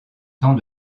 temps